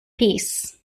piece